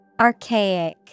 Archaic